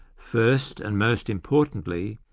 first, and most importantly,